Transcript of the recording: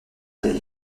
del